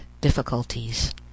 difficulties